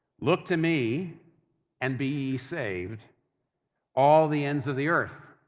look to me and be saved all the ends of the earth.